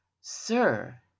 Sir